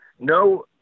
no